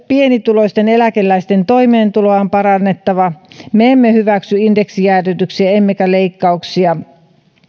pienituloisten eläkeläisten toimeentuloa on parannettava me emme hyväksy indeksijäädytyksiä emmekä leikkauksia